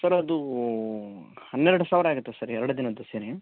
sir ಅದು ಹನ್ನೆರಡು ಸಾವಿರ ಆಗುತ್ತೆ ಸರ್ ಎರಡು ದಿನದ್ದು ಸೇರಿ